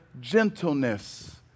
gentleness